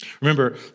Remember